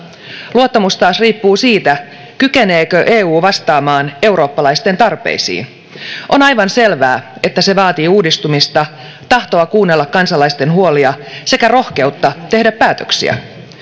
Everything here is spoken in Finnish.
luottamus taas riippuu siitä kykeneekö eu vastaamaan eurooppalaisten tarpeisiin on aivan selvää että se vaatii uudistumista tahtoa kuunnella kansalaisten huolia sekä rohkeutta tehdä päätöksiä